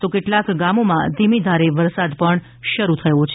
તો કેટલાક ગામોમાં ધામીધારે વરસાદ પણ શરૂ થયો છે